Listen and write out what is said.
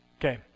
Okay